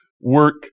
work